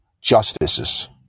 justices